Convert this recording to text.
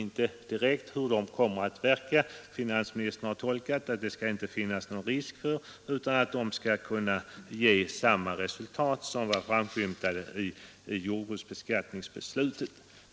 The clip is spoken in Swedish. Finansministern har angett som sin uppfattning att det inte skall finnas någon risk för att de inte skall ge samma resultat som det som framskymtar i beslutet om jordbruksbeskattningen.